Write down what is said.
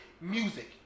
music